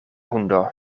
hundo